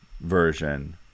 version